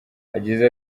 yagize